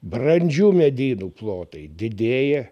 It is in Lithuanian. brandžių medynų plotai didėja